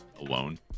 alone